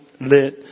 let